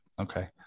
Okay